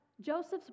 Joseph's